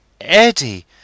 Eddie